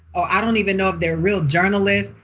or i don't even know if they're real journalists,